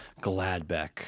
Gladbeck